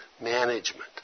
management